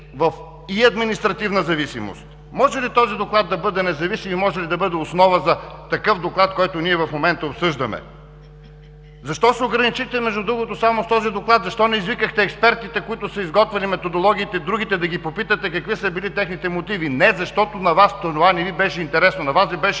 и в административна зависимост. Може ли този доклад да бъде независим и може ли да бъде основа за доклад, който в момента обсъждаме? Между другото, защо се ограничихте само с този доклад? Защо не извикахте експертите, които са изготвяли методологиите и другите, за да ги попитате какви са били техните мотиви? Не, защото на Вас това не Ви беше интересно. На Вас Ви беше